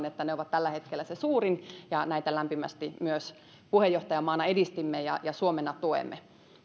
että ne ovat tällä hetkellä se suurin ja näitä lämpimästi myös puheenjohtajamaana edistimme ja suomena tuemme